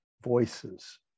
voices